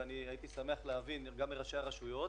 והייתי שמח להבין גם מראשי הרשויות,